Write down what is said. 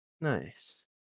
Nice